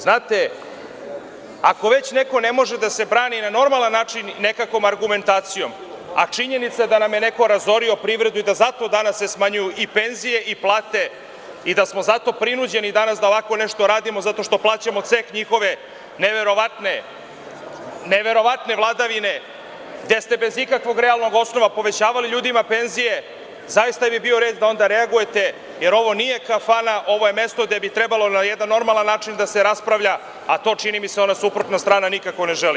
Znate, ako već neko ne može da se brani na normalan način nekakvom argumentacijom, a činjenica da nam je neko razorio privredu i da zato danas se smanjuju i penzije i plate i da smo zato prinuđeni danas da ovako nešto radimo, zato što plaćamo ceh njihove neverovatne vladavine, gde ste bez ikakvog realnog osnova povećavali ljudima penzije, zaista bi bio red da onda reagujete, jer ovo nije kafana, ovo je mesto gde bi trebalo na jedan normalan način da se raspravlja, a to čini mi se ona suprotna strana nikako ne želi.